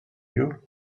you